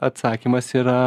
atsakymas yra